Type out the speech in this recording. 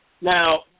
Now